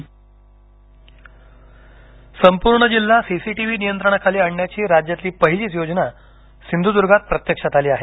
Sindhudurg CCTV संपूर्ण जिल्हा CCTV नियंत्रणाखाली आणण्याची राज्यातील पहिलीच योजना सिंधुद्र्गात प्रत्यक्षात आली आहे